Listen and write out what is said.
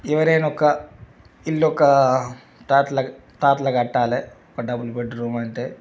ఎవరైనా ఒక ఇల్లు ఒక దాటిల దాటిలో కట్టాలి డబుల్ బెడ్రూమ్ అంటే